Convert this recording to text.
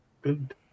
good